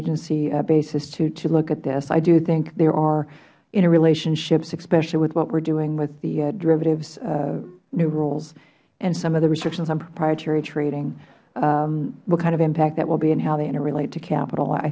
interagency basis to look at this i do think there are interrelationships especially with what we are doing with the derivatives new rules and some of the restrictions on proprietary trading what kind of impact that will be and how they interrelate to capital i